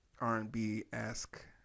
R&B-esque